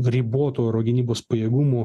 ribotų oro gynybos pajėgumų